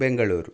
Bengaluru